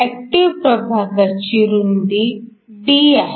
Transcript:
active प्रभागावाची रुंदी d आहे